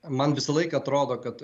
man visą laiką atrodo kad